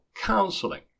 counseling